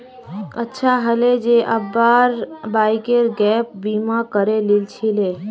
अच्छा हले जे अब्बार बाइकेर गैप बीमा करे लिल छिले